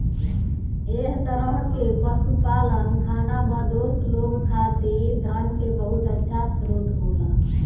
एह तरह के पशुपालन खानाबदोश लोग खातिर धन के बहुत अच्छा स्रोत होला